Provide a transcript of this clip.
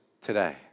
today